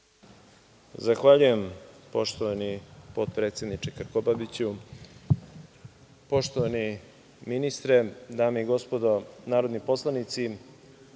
Zahvaljujem. Poštovani potpredsedniče Krkobabiću, poštovani ministre, dame i gospodo narodni poslanici,